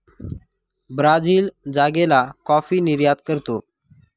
Brazil जागेला coffee निर्यात करतो